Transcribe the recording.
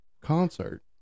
concert